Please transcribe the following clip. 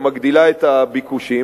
ומגדיל את הביקושים,